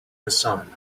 hassan